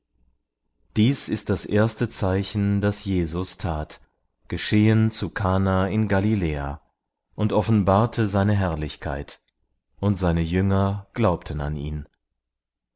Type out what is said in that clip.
das ist das erste zeichen das jesus tat geschehen zu kana in galiläa und offenbarte seine herrlichkeit und seine jünger glaubten an ihn